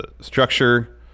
Structure